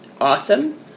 awesome